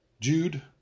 Jude